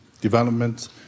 development